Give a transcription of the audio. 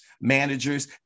managers